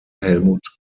helmut